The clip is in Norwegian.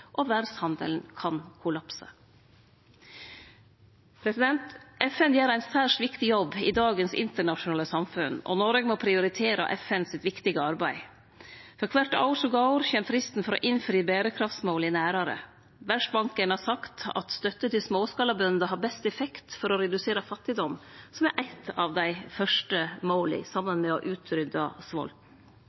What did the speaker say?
og verdshandelen kan kollapse. FN gjer ein særs viktig jobb i dagens internasjonale samfunn, og Noreg må prioritere FNs viktige arbeid. For kvart år som går, kjem fristen for å innfri berekraftsmåla nærare. Verdsbanken har sagt at støtte til småskalabønder har best effekt for å redusere fattigdom, som er eitt av dei fyrste måla – saman med å